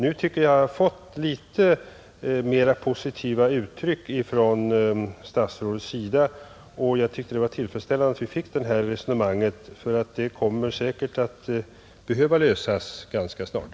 Nu tycker jag att jag har fått litet mera positiva besked från statsrådet. Jag tycker det var tillfredsställande att vi fick det här resonemanget — problemet kommer säkerligen att behöva lösas ganska snart.